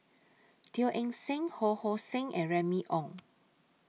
Teo Eng Seng Ho Hong Sing and Remy Ong